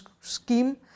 scheme